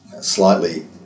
slightly